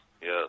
Yes